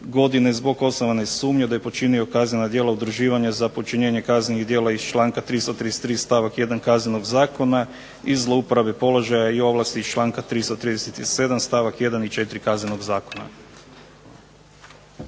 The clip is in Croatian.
godine zbog osnovane sumnje da je počinio kaznena djela udruživanja za počinjenje kaznenih djela iz članka 333. stavak 1. Kaznenog zakona i zlouporabe položaja i ovlasti iz članka 337. stavak 1. i 4. Kaznenog zakona.